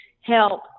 help